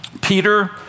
Peter